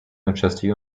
manchester